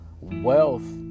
wealth